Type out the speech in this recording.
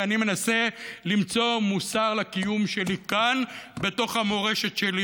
ואני מנסה למצוא מוסר בקיום שלי כאן בתוך המורשת שלי.